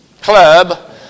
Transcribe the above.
club